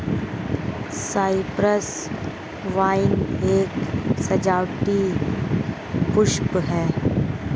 Cyprus vine एक सजावटी पुष्प है